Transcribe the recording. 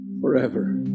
forever